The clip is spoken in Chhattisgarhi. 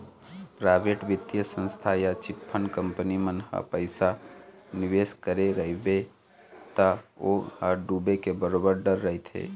पराइवेट बित्तीय संस्था या चिटफंड कंपनी मन म पइसा निवेस करे रहिबे त ओ ह डूबे के बरोबर डर रहिथे